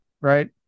right